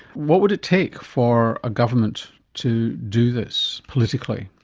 what would it take for a government to do this politically?